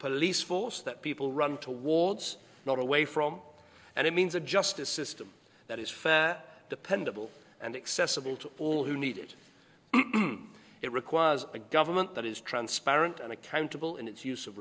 police force that people run towards not away from and it means a justice system that is fair dependable and accessible to all who need it it requires a government that is transparent and accountable in its use of